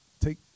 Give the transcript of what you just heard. take